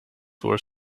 were